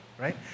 right